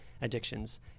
addictions